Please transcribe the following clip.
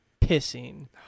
pissing